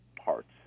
parts